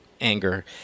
anger